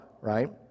right